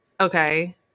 okay